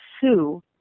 sue